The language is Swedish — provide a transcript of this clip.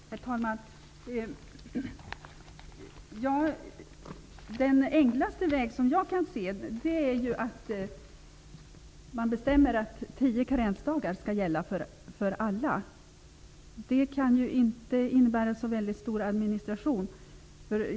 Herr talman! Den enklaste väg som jag kan se är att man bestämmer att tio karensdagar skall gälla för alla. Det kan ju inte innebära en så väldigt stor administration.